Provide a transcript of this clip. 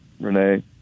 Renee